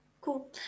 cool